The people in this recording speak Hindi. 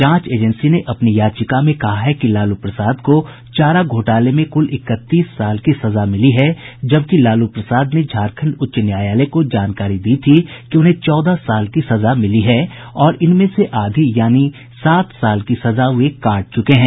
जांच एजेंसी ने अपनी याचिका में कहा है कि लालू प्रसाद को चारा घोटाले में कुल इकतीस साल की सजा मिली है जबकि लालू प्रसाद ने झारखंड उच्च न्यायालय को जानकारी दी थी कि उन्हें चौदह साल की सजा मिली है और इनमें से आधी यानी सात साल की सजा वे काट चुके हैं